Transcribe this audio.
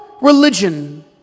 Religion